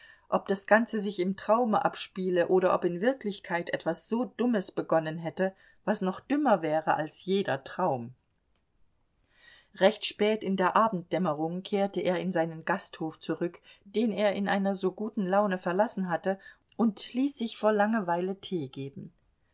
ob das ganze sich im traume abspiele oder ob in wirklichkeit etwas so dummes begonnen hätte was noch dümmer wäre als jeder traum recht spät in der abenddämmerung kehrte er in seinen gasthof zurück den er in einer so guten laune verlassen hatte und ließ sich vor langweile tee geben